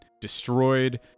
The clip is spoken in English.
destroyed